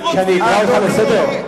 שאני אקרא אותך לסדר?